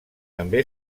també